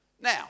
Now